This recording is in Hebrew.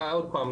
עוד פעם,